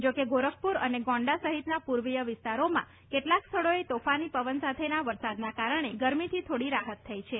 જો કે ગોરખપુર અને ગોંડા સહિતના પૂર્વીય વિસ્તારોમાં કેટલાંક સ્થળોએ તોફાની પવન સાથેના વરસાદના કારણે ગરમીથી થોડી રાહત મળી છે